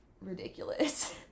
ridiculous